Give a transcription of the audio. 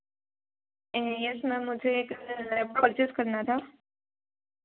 yes ma'am मुझे एक laptop purchase करना था